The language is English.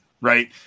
right